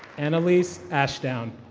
annalaise ashdown.